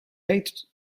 ate